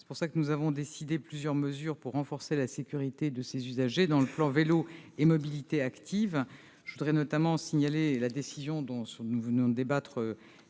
C'est pourquoi nous avons décidé plusieurs mesures pour renforcer la sécurité de ces usagers dans le cadre du plan Vélo et mobilités actives. Je veux notamment évoquer la généralisation, dont nous venons de débattre,